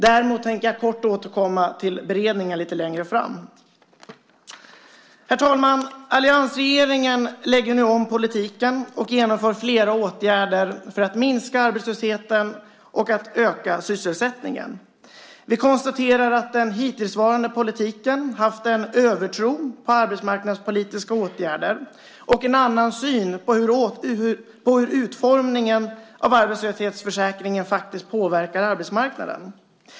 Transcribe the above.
Däremot tänker jag kort återkomma till beredningen lite längre fram. Herr talman! Alliansregeringen lägger nu om politiken och genomför flera åtgärder för att minska arbetslösheten och öka sysselsättningen. Vi konstaterar att den hittillsvarande politiken haft en övertro på arbetsmarknadspolitiska åtgärder och en annan syn på hur utformningen av arbetslöshetsförsäkringen faktiskt påverkar arbetsmarknaden.